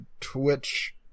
Twitch